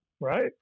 Right